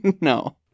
no